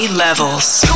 levels